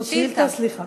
זו שאילתה, סליחה.